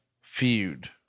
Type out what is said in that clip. feud